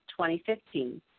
2015